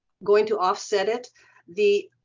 going to offset it the